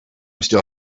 still